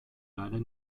leider